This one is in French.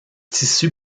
tissu